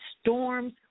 storms